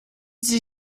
sie